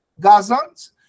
Gazans